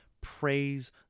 praise